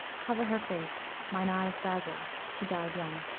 cover her face mine eyes dazzle she died young,